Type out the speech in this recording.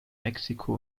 mexiko